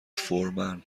فورمن